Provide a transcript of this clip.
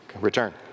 Return